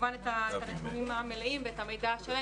כמובן את הנתונים המלאים ואת המידע השלם